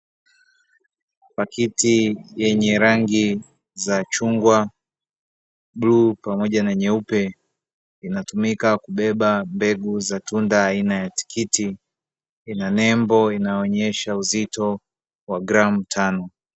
Pakiti yenye rangi za chungwa, bluu pamoja na nyeupe, zinatumika kubeba mbegu za tunda aina ya tikiti lina nembo inayoonesha uzito wa gramu tano.